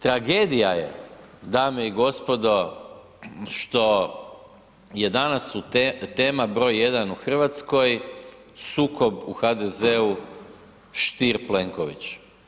Tragedija je, dame i gospodo, što je danas su tema br. 1 u Hrvatskoj, sukob u HDZ-u Stier-Plenković.